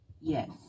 Yes